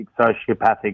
sociopathic